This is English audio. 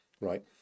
right